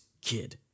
kid